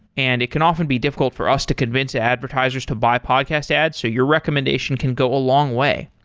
and it can often be difficult for us to convince advertisers to buy podcast adds. so your recommendation can go a long way.